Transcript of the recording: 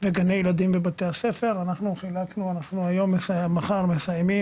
בגני ילדים ובתי הספר אנחנו היום או מחר מסיימים